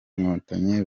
inkotanyi